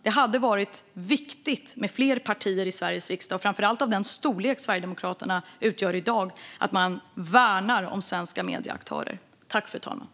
Det är viktigt att fler partier i Sveriges riksdag, och framför allt av den storlek som Sverigedemokraterna i dag utgör, värnar om svenska medieaktörer.